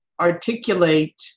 articulate